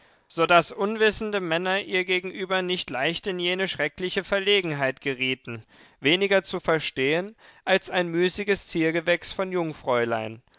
so daß unwissende männer ihr gegenüber nicht leicht in jene schreckliche verlegenheit gerieten weniger zu verstehen als ein müßiges ziergewächs von jungfräulein